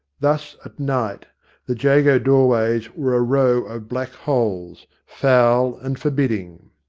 thus at night the jago door ways were a row of black holes, foul and forbidding.